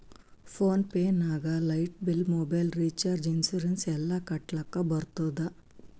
phone pay ನಾಗ್ light bill, mobile recharge, insurance ಎಲ್ಲಾ ಕಟ್ಟಲಕ್ ಬರ್ತುದ್